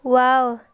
wow